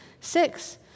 Six